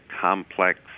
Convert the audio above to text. complex